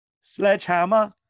Sledgehammer